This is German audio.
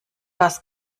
was